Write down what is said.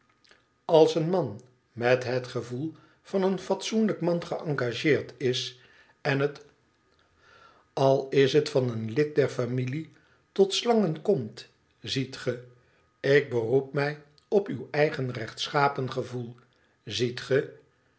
als een man met het gevoel van een fatsoenlijk man geëngageerd is en het al is het van een lid der familie tot slangen komt ziet ge ik beroep mij op uw eigen rechtschapen gevoel ziet ge